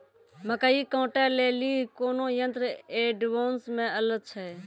मकई कांटे ले ली कोनो यंत्र एडवांस मे अल छ?